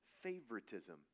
favoritism